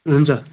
हुन्छ